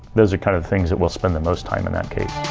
those are kind of things that we'll spend the most time in that case